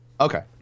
Okay